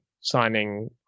signing